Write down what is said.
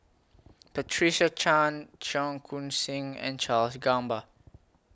Patricia Chan Cheong Koon Seng and Charles Gamba